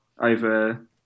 over